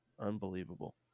Unbelievable